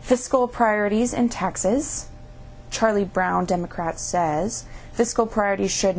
fiscal priorities and taxes charlie brown democrat says fiscal priorities should